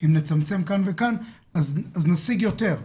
אם נצמצם כאן וכאן, אז נשיג יותר.